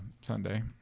Sunday